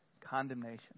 condemnation